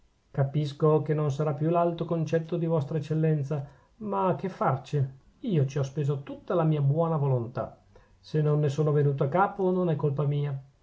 capisco che non sarà più l'alto concetto di vostra eccellenza ma che farci io ci ho spesa tutta la mia buona volontà se non ne sono venuto a capo non è colpa mia